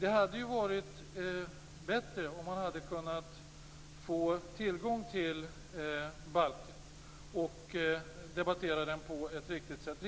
Det hade varit bättre om vi hade kunnat få tillgång till förslaget om balken så att vi kunde debattera det på ett riktigt sätt.